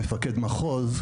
מפקד מחוז,